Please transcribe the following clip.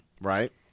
Right